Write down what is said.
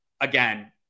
Again